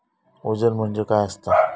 वजन म्हणजे काय असता?